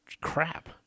crap